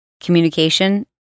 communication